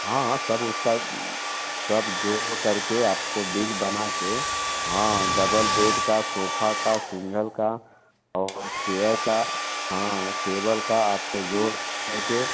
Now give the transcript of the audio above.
हाँ हाँ सब उसका सब जोड़ करके आपको बिल बनाकर हाँ डबल बेड का सोफ़ा का सिंगल का और चेयर का हाँ टेबल का आपको जोड़ करके